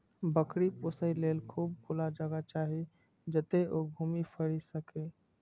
बकरी पोसय लेल खूब खुला जगह चाही, जतय ओ घूमि फीरि सकय